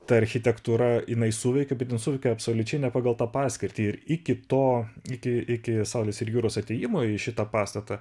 ta architektūra jinai suveikia suveikia absoliučiai ne pagal tą paskirtį ir iki to iki iki saulės ir jūros atėjimo į šitą pastatą